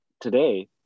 today